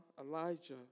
Elijah